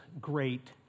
great